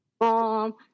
mom